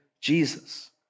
Jesus